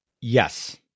Yes